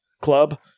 club